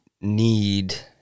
need